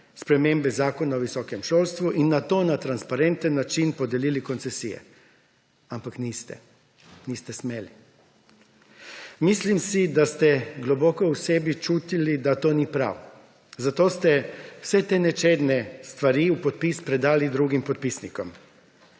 spremembe Zakona o visokem šolstvu in nato na transparenten način podelili koncesije. Ampak niste. Niste smeli. Mislim si, da ste globoko v sebi čutili, da to ni prav, zato ste vse te nečedne stvari v podpis predali drugim podpisnikom.